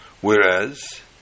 Whereas